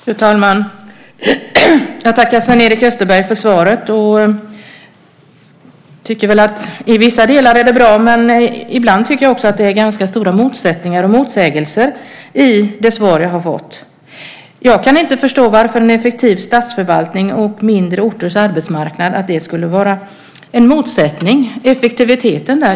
Fru talman! Jag tackar Sven-Erik Österberg för svaret. Jag tycker att det i vissa delar är bra, men det är också ganska stora motsättningar och motsägelser i det svar jag har fått. Jag kan inte förstå varför en effektiv statsförvaltning och mindre orters arbetsmarknad skulle vara i motsättning till effektiviteten.